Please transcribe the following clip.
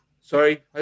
Sorry